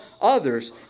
others